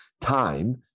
time